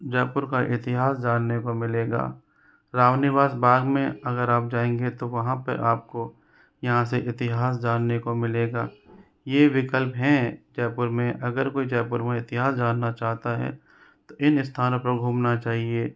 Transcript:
जयपुर का इतिहास जानने को मिलेगा रामनिवास बाघ में अगर आप जाएंगे तो वहाँ पे आपको यहाँ से इतिहास जानने को मिलेगा ये विकल्प हैं जयपुर में अगर कोई जयपुर में इतिहास जानना चाहता है तो इन स्थानों पर घूमना चाहिए